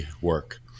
work